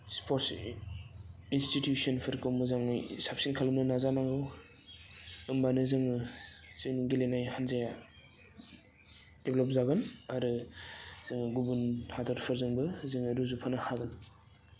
sports इन्सटिटिउसनफोरखौ मोजाङै साबसिन खालामनो नाजानांगौ होमबानो जोङो जोंनि गेलेनाय हान्जाया देभ्लब जागोन आरो जोङो गुबुन हादरफोरजोंबो जोङो रुजुफानो हागोन